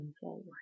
forward